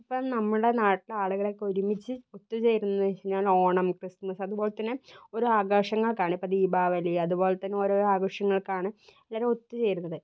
ഇപ്പം നമ്മുടെ നാട്ടിൽ ആളുകളൊക്കെ ഒരുമിച്ച് ഒത്തു ചേരുന്നേയെന്ന് വെച്ചു കഴിഞ്ഞാൽ ഓണം ക്രിസ്മസ് അതുപോലെതന്നെ ഓരോ ആഘോഷങ്ങൾക്കാണ് ഇപ്പം ദീപാവലി അതുപോലെതന്നെ ഓരോരോ ആഘോഷങ്ങൾക്കാണ് എല്ലാവരും ഒത്തുചേരുന്നത്